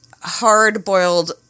hard-boiled